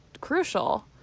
crucial